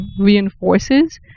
reinforces